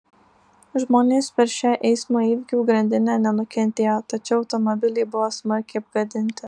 žmonės per šią eismo įvykių grandinę nenukentėjo tačiau automobiliai buvo smarkiai apgadinti